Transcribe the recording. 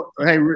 Hey